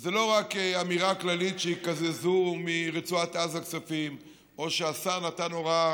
וזו לא רק אמירה כללית שיקזזו מרצועת עזה כספים או שהשר נתן הוראה,